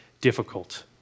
difficult